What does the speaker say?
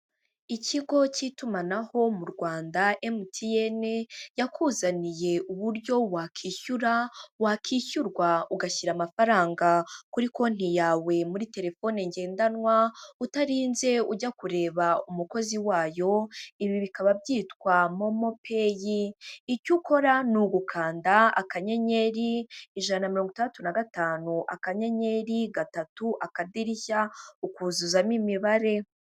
Ikigo k'itumanaho mu Rwanda MTN, yakuzaniye uburyo wakwishyura, wakwishyurwa ugashyira amafaranga kuri konti yawe muri telefone ngendanwa, utarinze ujya kureba umukozi wayo, ibi bikaba byitwa momopeyi, icyo ukora ni ugukanda akanyenyeri ijana na mirongo itadatu na gatanu, akanyenyeri gatatu, akadirishya ukuzuzamo imibare.